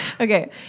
Okay